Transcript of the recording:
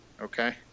okay